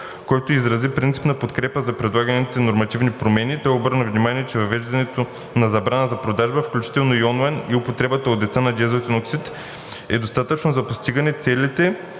който изрази принципна подкрепа за предлаганите нормативни промени. Той обърна внимание, че въвеждането на забрана за продажбата, включително и онлайн, и употребата от деца на диазотен оксид е достатъчно за постигане целите